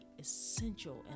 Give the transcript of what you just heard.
essential